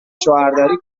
شوهرداری